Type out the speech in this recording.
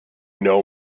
know